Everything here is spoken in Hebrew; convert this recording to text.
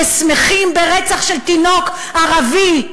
ושמחים ברצח של תינוק ערבי.